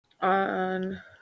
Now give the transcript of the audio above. On